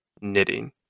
knitting